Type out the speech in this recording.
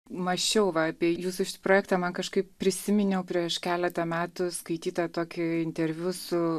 mąsčiau va apie jūsų šit projektą man kažkaip prisiminiau prieš keletą metų skaitytą tokį interviu su